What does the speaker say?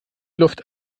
luft